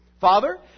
Father